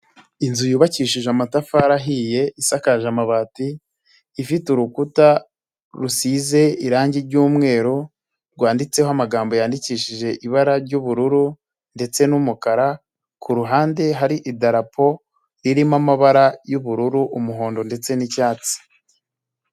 Inzu yubakishije amatafari ahiye, isakaje amabati ifite urukuta rusize irangi ry'umweru, rwanditseho amagambo yandikishije ibara ry'ubururu ndetse n'umukara, ku ruhande hari idarapo ririmo amabara y'ubururu, umuhondo ndetse n'icyatsi.